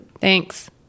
thanks